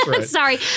Sorry